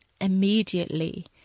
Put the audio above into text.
immediately